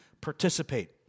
participate